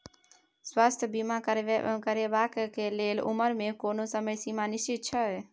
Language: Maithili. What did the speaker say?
स्वास्थ्य बीमा करेवाक के लेल उमर के कोनो समय सीमा निश्चित छै?